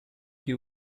que